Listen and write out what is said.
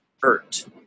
hurt